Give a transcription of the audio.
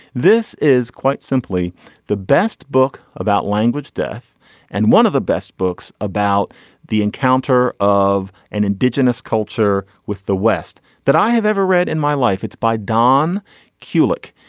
this is quite simply the best book about language death and one of the best books about the encounter of an indigenous culture with the west that i have ever read in my life it's by don kulick.